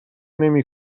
نمی